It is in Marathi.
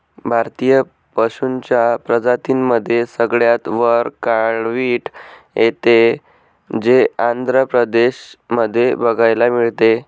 भारतीय पशूंच्या प्रजातींमध्ये सगळ्यात वर काळवीट येते, जे आंध्र प्रदेश मध्ये बघायला मिळते